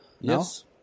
yes